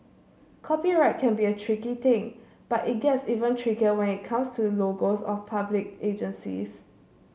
copyright can be a tricky thing but it gets even trickier when it comes to logos of public agencies